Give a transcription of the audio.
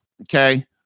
Okay